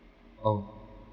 oh